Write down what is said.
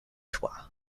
droit